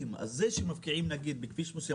אז זה שמפקיעים בכביש מסוים,